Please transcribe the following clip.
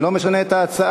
אני לא משנה את תוצאות